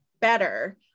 better